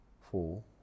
Four